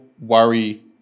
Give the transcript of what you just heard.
worry